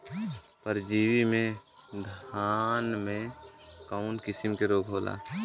परजीवी से धान में कऊन कसम के रोग होला?